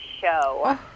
show